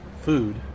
food